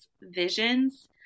visions